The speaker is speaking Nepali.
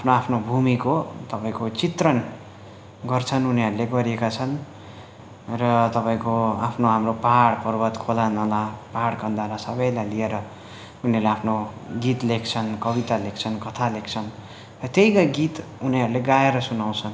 आफ्नो आफ्नो भूमिको तपाईँको चित्रण गर्छन् उनीहरूले गरिएका छन् र तपाईँको आफ्नो हाम्रो पाहाड पर्वत खोलानाला पाहाड कन्दरा सबैलाई लिएर उनीहरूले आफ्नो गीत लेख्छन् कविता लेख्छन् कथा लेख्छन् र त्यही नै गीत उनीहरूले गाएर सुनाउँछन्